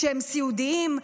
שהם סיעודיים,